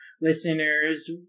listeners